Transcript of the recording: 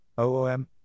OOM